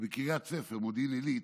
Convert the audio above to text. שבקריית ספר, מודיעין עילית,